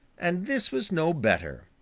and this was no better.